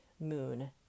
moon